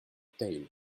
theil